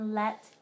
let